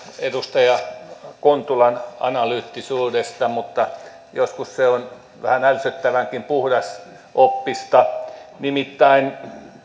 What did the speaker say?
edustaja kontulan analyyttisuudesta mutta joskus se on vähän ärsyttävänkin puhdasoppista nimittäin